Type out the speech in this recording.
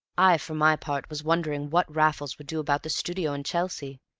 i, for my part, was wondering what raffles would do about the studio in chelsea,